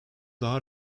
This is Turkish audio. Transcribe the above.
daha